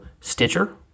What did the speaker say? Stitcher